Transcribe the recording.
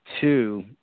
two